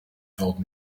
told